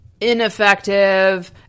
ineffective